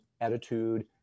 attitude